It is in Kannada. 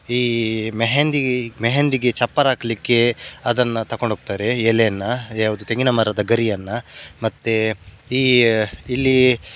ಈ ಮೆಹೆಂದಿ ಮೆಹೆಂದಿಗೆ ಚಪ್ಪರ ಹಾಕ್ಲಿಕ್ಕೆ ಅದನ್ನು ತಗೊಂಡ್ ಹೋಗ್ತರೆ ಎಲೆಯನ್ನು ಯಾವುದು ತೆಂಗಿನ ಮರದ ಗರಿಯನ್ನು ಮತ್ತೆ ಈ ಇಲ್ಲಿ